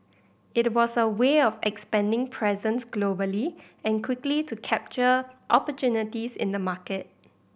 it was a way of expanding presence globally and quickly to capture opportunities in the market